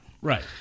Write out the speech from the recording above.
Right